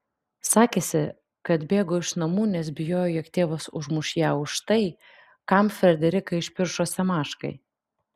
sakėsi kad bėgo iš namų nes bijojo jog tėvas užmuš ją už tai kam frederiką išpiršo semaškai